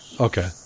Okay